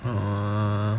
uh